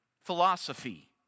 philosophy